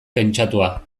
pentsatua